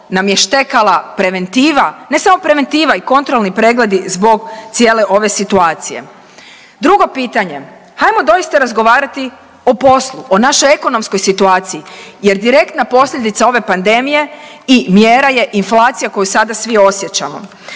nam je štekala preventiva, ne samo preventiva nego i kontrolni pregledi zbog cijele ove situacije? Drugo pitanje, hajmo doista razgovarati o poslu, o našoj ekonomskoj situaciji jer direktna posljedica ove pandemije i mjera je inflacija koju sada svi osjećamo.